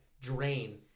drain